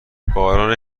باران